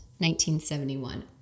1971